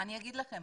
אני אומר לכם.